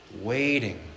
Waiting